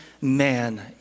man